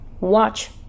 watch